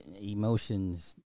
emotions